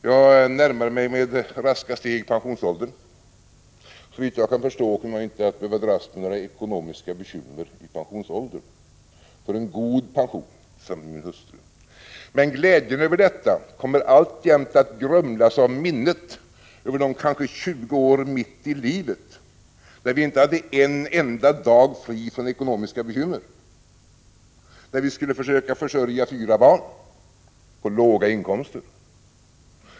Jag närmar mig med raska steg pensionsåldern. Såvitt jag kan förstå kommer jag inte att behöva dras med några ekonomiska bekymmer i pensionsåldern. Jag får en god pension, framhåller min hustru. Men glädjen över detta kommer alltjämt att grumlas av minnet av de kanske 20 år mitt i livet när vi inte hade en enda dag fri från ekonomiska bekymmer, när vi skulle försöka försörja fyra barn på låga inkomster.